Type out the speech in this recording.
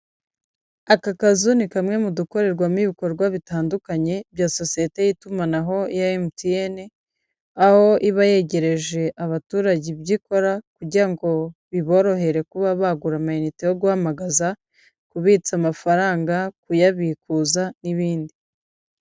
Aka kazu ni kamwe mu dukorerwamo ibikorwa bitandukanye bya Sosiyete y'Itumanaho ya MTN, aho iba yegereje abaturage ibyo ikora kugirango biborohere kuba bagura amayinite yo guhamagaza, kubitsa amafaranga, kuyabikuza n'ibindi...